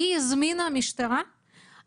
היא הזמינה משטרה,